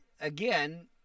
again